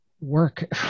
work